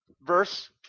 Verse